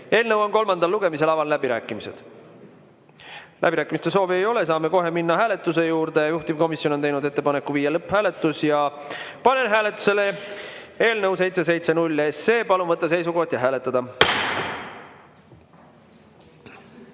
eelnõu 770 kolmas lugemine. Avan läbirääkimised. Läbirääkimiste soovi ei ole, saame kohe minna hääletuse juurde. Juhtivkomisjon on teinud ettepaneku viia läbi lõpphääletus. Panen hääletusele eelnõu 770. Palun võtta seisukoht ja hääletada!